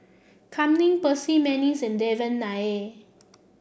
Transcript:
Kam Ning Percy McNeice and Devan Nair